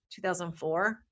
2004